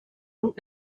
und